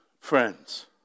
friends